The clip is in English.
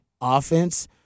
offense